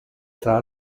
tra